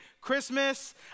Christmas